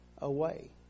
away